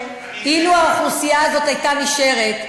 כשהשרה תתפוס את מקומה, תשאל את שאלתך.